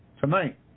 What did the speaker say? tonight